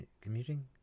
commuting